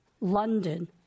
London